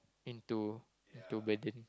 into to burden